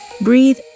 Breathe